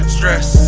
Stress